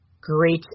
great